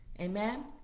amen